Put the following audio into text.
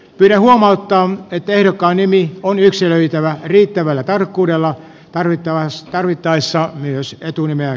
pyydän huomauttaa että ehdokkaan nimi on yksilöitävä riittävällä tarkkuudella tarvittaessa myös etunimeä